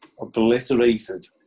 obliterated